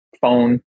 phone